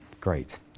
Great